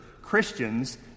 Christians